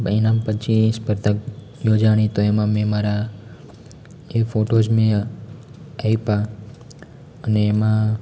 બૈનામ પંછી સ્પર્ધક યોજાઈ તો એમાં મેં મારા એ ફોટોઝ મેં આપ્યા અને એમાં